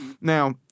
now